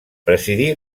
presidí